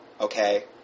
Okay